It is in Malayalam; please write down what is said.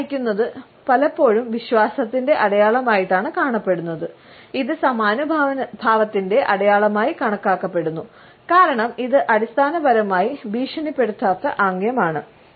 തല ചായക്കുന്നത് പലപ്പോഴും വിശ്വാസത്തിന്റെ അടയാളമായിട്ടാണ് കാണപ്പെടുന്നത് ഇത് സമാനുഭാവത്തിന്റെ അടയാളമായി കണക്കാക്കപ്പെടുന്നു കാരണം ഇത് അടിസ്ഥാനപരമായി ഭീഷണിപ്പെടുത്താത്ത ആംഗ്യമാണ്